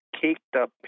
caked-up